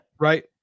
Right